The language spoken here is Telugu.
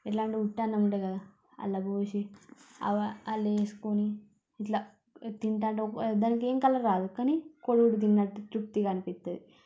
ఎట్లా అంటే ఉట్టన్నం ఉంటుంది కదా అందులో పోసి అందులో వేసుకొని ఇట్లా తింటావుంటే దానికి ఏం కలర్ రాదు కానీ కోడిగుడ్డుతిన్నట్టు తృప్తిగా అనిపిస్తుంది